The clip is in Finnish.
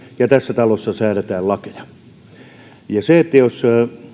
ja tässä talossa säädetään lakeja jos